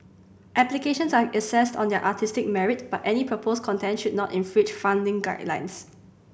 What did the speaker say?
applications are assessed on their artistic merit but any proposed content should not infringe funding guidelines